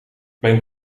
mijn